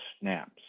snaps